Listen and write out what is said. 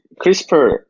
CRISPR